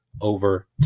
over